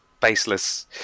baseless